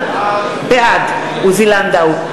בעד עוזי לנדאו,